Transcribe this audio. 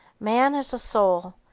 man is a soul.